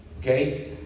okay